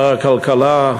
שר הכלכלה,